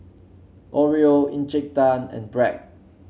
Oreo Tan and Bragg